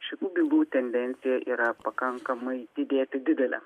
šitų bylų tendencija yra pakankamai didėti didelė